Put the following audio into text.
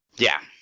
yeah.